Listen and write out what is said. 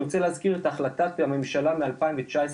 אני רוצה להזכיר את החלטת הממשלה מ-2019,